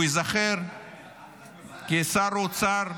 הוא ייזכר כשר האוצר,